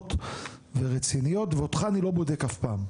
מגובות ורציניות ואותך אני לא בודק אף פעם,